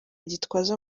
gitwaza